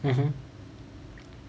mmhmm